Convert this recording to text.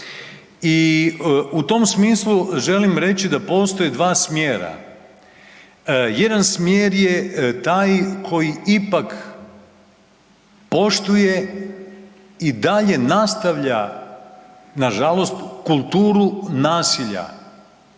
i u tom smislu želim reći da postoje 2 smjera. Jedan smjer je taj koji ipak poštuje i dalje nastavlja nažalost kulturu nasilja